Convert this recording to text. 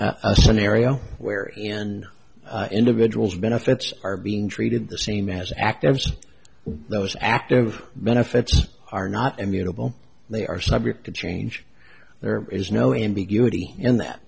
scenario where an individual's benefits are being treated the same as actives those active benefits are not immutable they are subject to change there is no ambiguity in that